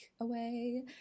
away